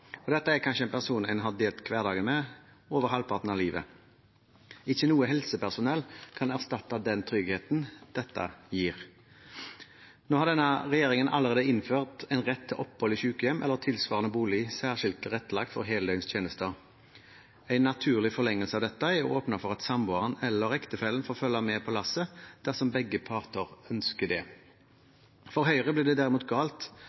og dette er kanskje en person en har delt hverdagen med over halvparten av livet. Ikke noe helsepersonell kan erstatte den tryggheten dette gir. Nå har denne regjeringen allerede innført en rett til opphold i sykehjem eller tilsvarende bolig særskilt tilrettelagt for heldøgnstjenester. En naturlig forlengelse av dette er å åpne for at samboeren eller ektefellen får følge med på lasset, dersom begge parter ønsker det. For Høyre blir det derimot galt